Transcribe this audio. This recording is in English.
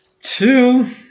Two